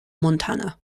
montana